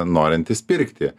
norintys pirkti